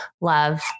love